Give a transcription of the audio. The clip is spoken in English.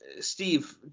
Steve